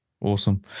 Awesome